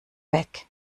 weg